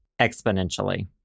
exponentially